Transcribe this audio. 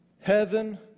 heaven